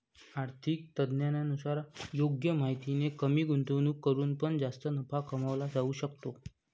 आर्थिक तज्ञांनुसार योग्य माहितीने कमी गुंतवणूक करून पण जास्त नफा कमवला जाऊ शकतो